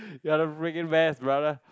you're the freaking best brother